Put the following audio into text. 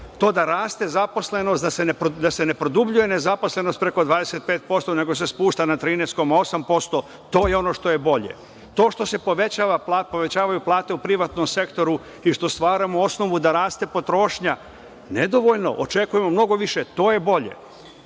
To da raste zaposlenost, da se ne produbljuje nezaposlenost preko 25%, nego se spušta na 13,8%, to je ono što je bolje. To što se povećavaju plate u privatnom sektoru i što stvaramo osnovu da raste potrošnja nedovoljno, očekujemo mnogo više, to je bolje. Počeli